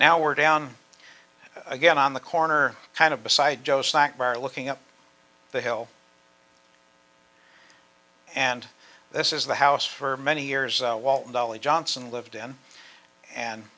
now we're down again on the corner kind of beside joe's slack bar looking up the hill and this is the house for many years walt and ollie johnson lived in an